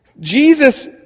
Jesus